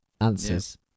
answers